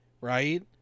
Right